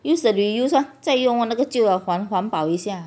use the reuse [one] 再用完那个旧的环环保一下